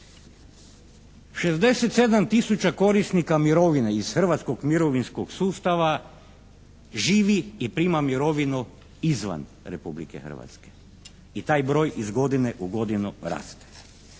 67 tisuća korisnika mirovina iz hrvatskog mirovinskog sustava živi i prima mirovinu izvan Republike Hrvatske. I taj broj iz godine u godinu raste.